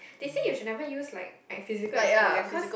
they say you should never use like like physical exfoliant cause